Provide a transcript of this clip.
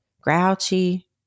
grouchy